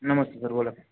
नमस्ते sir बोला